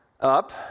Up